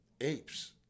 apes